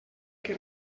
que